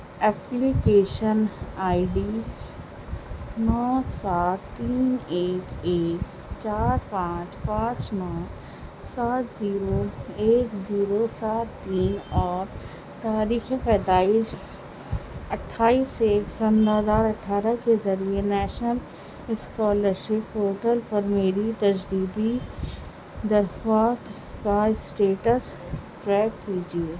application I D نو سات تین ایک ایک چار پانچ پانچ نو سات زیرو ایک زیرو سات تین اور تاریخ پیدائش اٹھائیس ایک سن دو ہزار اٹھارہ کے ذریعے نیشنل اسکالرشپ پورٹل پر میری تجدیدی درخواست کا اسٹیٹس ٹریک کیجیے